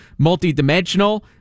multidimensional